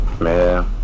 Man